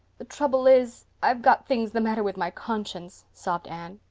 the trouble is, i've got things the matter with my conscience, sobbed anne.